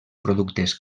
productes